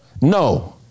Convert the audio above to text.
No